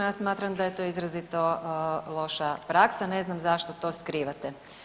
Ja smatram da je to izrazito loša praksa, ne znam zašto to skrivate.